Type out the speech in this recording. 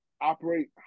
operate